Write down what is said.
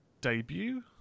debut